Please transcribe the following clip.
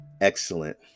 excellent